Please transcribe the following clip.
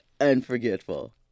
unforgettable